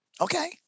Okay